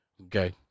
okay